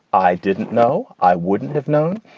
i didn't know. i wouldn't have known.